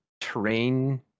terrain